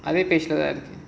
அது பேசல:adhu pesala